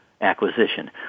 acquisition